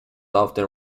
often